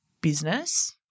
business